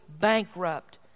bankrupt